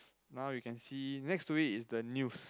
now you see next to it is the news